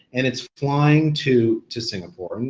and it's flying to to singapore.